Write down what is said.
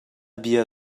bia